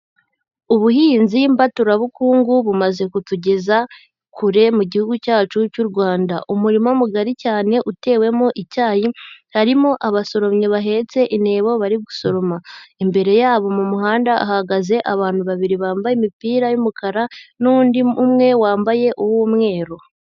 Ubuhinzi mbaturabukungu bumaze kutugeza kure mu gihugu cyacu cy'u Rwanda. Umurima mugari cyane utewemo icyayi, harimo abasoromyi bahetse intebo bari gusoroma. Imbere yabo mu muhanda hahagaze abantu babiri bambaye imipira y'umukara n'undi umwe wambaye uw'umweru.